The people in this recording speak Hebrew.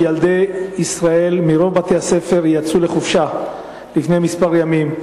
ילדי ישראל מרוב בתי-הספר יצאו לחופשה לפני כמה ימים,